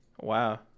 Wow